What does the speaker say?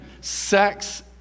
sex